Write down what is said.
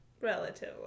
Relatively